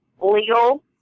legal